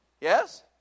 Yes